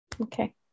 Okay